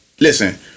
listen